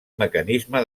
mecanisme